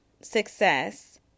success